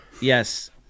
Yes